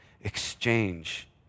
exchange